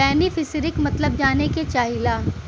बेनिफिसरीक मतलब जाने चाहीला?